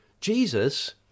Jesus